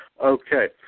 Okay